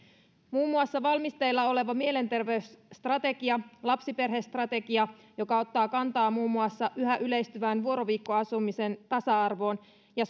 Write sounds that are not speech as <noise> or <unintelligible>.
muun muassa valmisteilla oleva mielenterveysstrategia lapsiperhestrategia joka ottaa kantaa muun muassa yhä yleistyvän vuoroviikkoasumisen tasa arvoon ja <unintelligible>